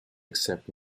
accept